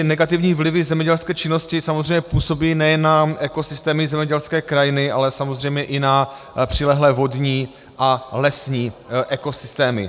Negativní vlivy zemědělské činnosti působí nejen na ekosystémy zemědělské krajiny, ale samozřejmě i na přilehlé vodní a lesní ekosystémy.